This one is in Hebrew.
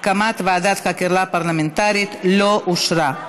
ההצעה על הקמת ועדת חקירה פרלמנטרית לא אושרה.